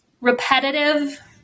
repetitive